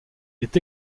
est